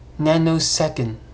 nanosecond